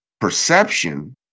perception